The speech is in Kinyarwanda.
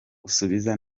usubiza